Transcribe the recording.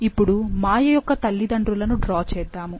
ఇప్పుడు మాయ యొక్క తల్లిదండ్రులను డ్రా చేద్దాము